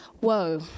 Whoa